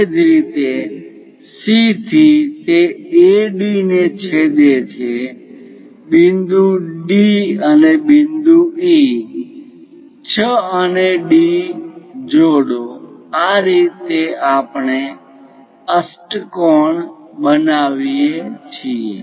એ જ રીતે C થી તે AD ને છેદે છે બિંદુ D અને બિંદુ E 6 અને D જોડો આ રીતે આપણે અષ્ટકોણ બનાવીએ છીએ